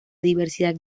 diversidad